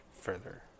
further